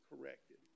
corrected